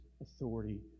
authority